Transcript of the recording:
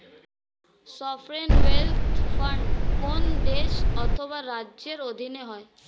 sovereign wealth fund কোন দেশ অথবা রাজ্যের অধীনে হয়